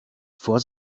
vor